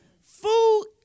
Food